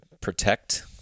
protect